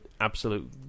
absolute